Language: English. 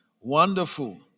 wonderful